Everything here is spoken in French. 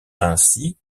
ainsi